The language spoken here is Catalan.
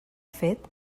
fet